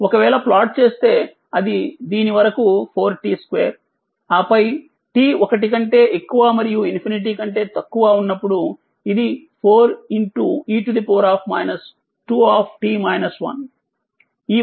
ఒకవేళ ప్లాట్ చేస్తేఅదిదీని వరకు 4t2 ఆపై t 1 కంటే ఎక్కువ మరియు ∞ కంటే తక్కువ ఉన్నప్పుడు ఇది 4e 2